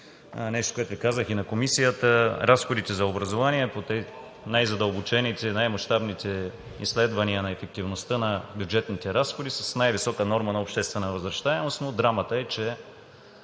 Нещо, което казах и в Комисията, разходите за образование в най-задълбочените, най-мащабните изследвания на ефективността на бюджетните разходи са с най-висока норма на обществена възвръщаемост, но драмата е, че